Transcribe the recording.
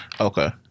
Okay